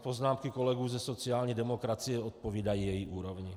Poznámky kolegů ze sociální demokracii odpovídají její úrovni.